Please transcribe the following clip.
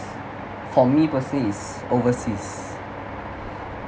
for me personally is overseas